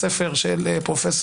הספר של פרופ'